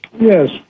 Yes